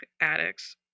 addicts